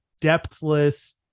depthless